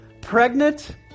pregnant